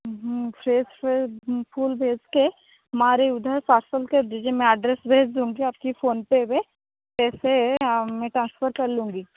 fresh fresh फूल भेज के मारे उधर पार्सल कर दीजिए मैं एड्रेस भेज दूंगी आपकी फोन पे पैसे मैं ट्रांसफर कर लूंगी